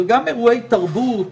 אבל גם אירועי תרבות